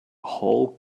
whole